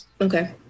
Okay